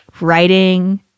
writing